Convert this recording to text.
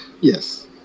Yes